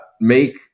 make